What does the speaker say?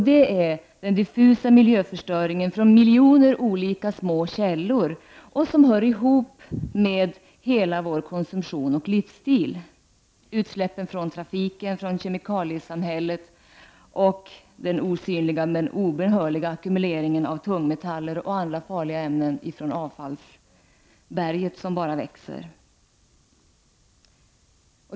Det är den diffusa miljöförstöringen från miljoner olika små källor och som hör ihop med hela vår konsumtion och livsstil: utsläppen från trafiken och kemikaliesamhället samt den osynliga men obönhörliga ackumuleringen av tungmetaller och andra farliga ämnen ifrån avfallsberget som bara växer.